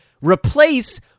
Replace